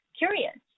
curious